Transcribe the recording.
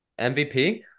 MVP